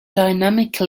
balance